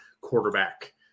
quarterback